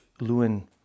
Lewin